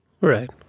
Right